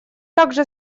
также